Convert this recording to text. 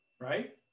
Right